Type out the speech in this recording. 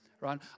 right